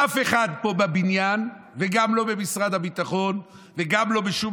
אף אחד פה בבניין וגם לא במשרד הביטחון וגם לא בשום